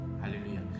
Hallelujah